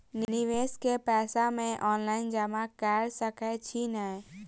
निवेश केँ पैसा मे ऑनलाइन जमा कैर सकै छी नै?